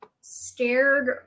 scared